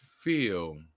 feel